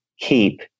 keep